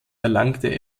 erlangte